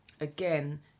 again